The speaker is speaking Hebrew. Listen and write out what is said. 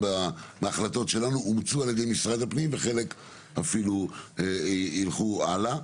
וההחלטות שלנו אומצו על ידי משרד הפנים וחלק אפילו ילכו הלאה,